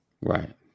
Right